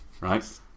right